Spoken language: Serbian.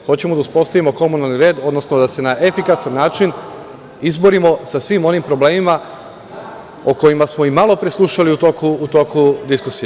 Hoćemo da uspostavimo komunalni red, odnosno da se na efikasan način izborimo sa svim onim problema o kojima smo i malopre slušali u toku diskusije.